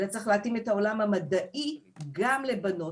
אלא צריך להתאים את העולם המדעי גם לבנות,